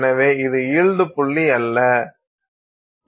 எனவே இது ஈல்டு புள்ளி இல்லை